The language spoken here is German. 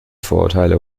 vorurteile